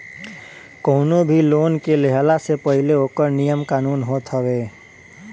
कवनो भी लोन के लेहला से पहिले ओकर नियम कानून होत हवे